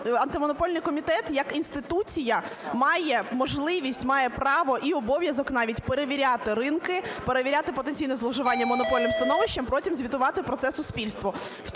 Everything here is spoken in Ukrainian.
Антимонопольний комітет як інституція має можливість, має право і обов'язок навіть перевіряти ринки, перевіряти потенційне зловживання монопольним становищем, потім звітувати про це суспільству,